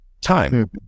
time